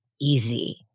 easy